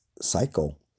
cycle